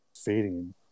fading